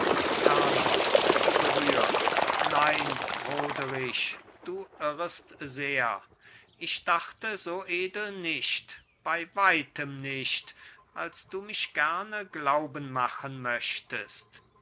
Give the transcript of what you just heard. carlos gerührt nein roderich du irrest sehr ich dachte so edel nicht bei weitem nicht als du mich gerne glauben machen möchtest